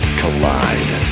collide